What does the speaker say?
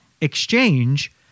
exchange